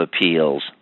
appeals